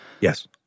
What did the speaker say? Yes